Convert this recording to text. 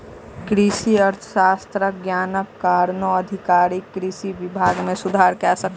कृषि अर्थशास्त्रक ज्ञानक कारणेँ अधिकारी कृषि विभाग मे सुधार कय सकला